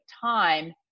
time